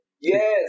Yes